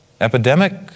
Epidemic